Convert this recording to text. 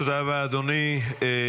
תודה רבה, אדוני.